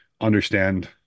understand